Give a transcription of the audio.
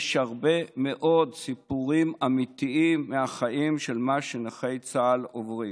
יש הרבה מאוד סיפורים אמיתיים מהחיים על מה שנכי צה"ל עוברים,